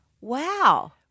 Wow